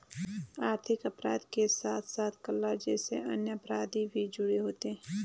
आर्थिक अपराध के साथ साथ कत्ल जैसे अन्य अपराध भी जुड़े होते हैं